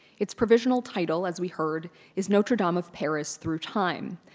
its provisional title as we heard is notre-dame of paris through time.